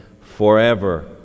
forever